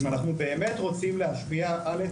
אם אנחנו באמת רוצים להשפיע: א',